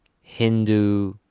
Hindu